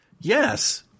Yes